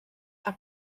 are